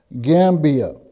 Gambia